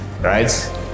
right